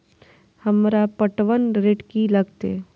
हमरा पटवन रेट की लागते?